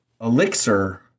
elixir